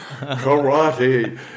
Karate